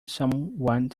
someone